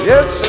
Yes